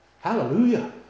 Hallelujah